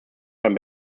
einem